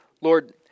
Lord